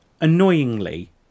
annoyingly